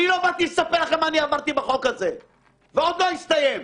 אני לא באתי לספר לכם מה עברתי בחוק הזה וזה עוד לא הסתיים.